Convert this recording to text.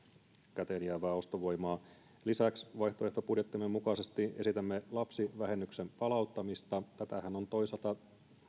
käteen jäävää ostovoimaa lisäksi vaihtoehtobudjettimme mukaisesti esitämme lapsivähennyksen palauttamista tätähän on toisaalta